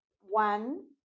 one